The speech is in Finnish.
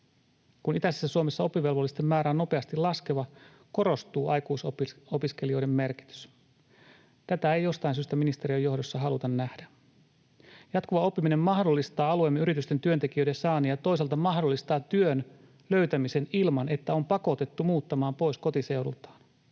Kun itäisessä Suomessa oppivelvollisten määrä on nopeasti laskeva, korostuu aikuisopiskelijoiden merkitys. Tätä ei jostain syystä ministeriön johdossa haluta nähdä. Jatkuva oppiminen mahdollistaa alueemme yritysten työntekijöiden saannin ja toisaalta mahdollistaa työn löytämisen ilman, että on pakotettu muuttamaan pois kotiseudultaan.